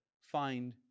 find